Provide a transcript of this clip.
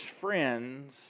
friends